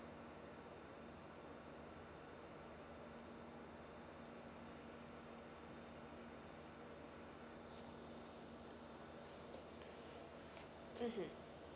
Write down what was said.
mmhmm